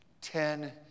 Ten